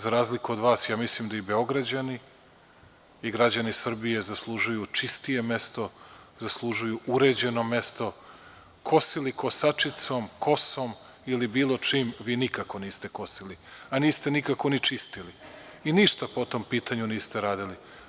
Za razliku od vas, ja mislim da i Beograđani i građani Srbije zaslužuju čistije mesto, zaslužuju uređeno mesto, kosili kosačicom, kosom ili bilo čim vi nikako niste kosili, a niste nikako ni čistili i ništa po tom pitanju niste uradili.